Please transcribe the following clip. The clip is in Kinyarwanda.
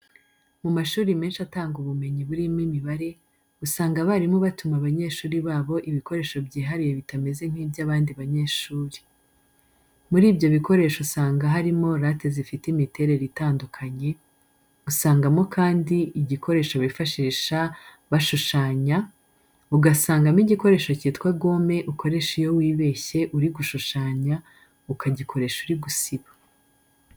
Mu mashuri menshi atanga ubumenyi burimo imibare, usanga abarimu batuma abanyeshuri babo ibikoresho byihariye bitameze nk'iby'abandi banyeshuri. Muri ibyo bikoresho usanga harimo late zifite imiterere itandukanye, usangamo kandi igikoresho bifashisha bashushanya, ugasangamo igikoresho cyitwa gome ukoresha iyo wibeshye uri gushushanya, ukagikoresha uri gusiba.